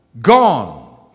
gone